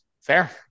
fair